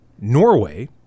Norway